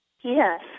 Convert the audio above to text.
Yes